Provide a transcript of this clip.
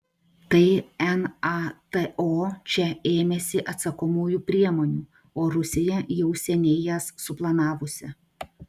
tai nato čia ėmėsi atsakomųjų priemonių o rusija jau seniai jas suplanavusi